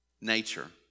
nature